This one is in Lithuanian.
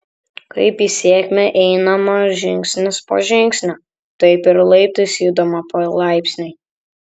kaip į sėkmę einama žingsnis po žingsnio taip ir laiptais judama palaipsniui